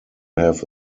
have